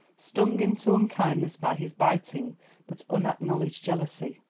stung into unkindness by his biting but unacknowledged jealousy,